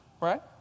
Right